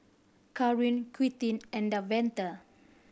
Caron Quintin and Davante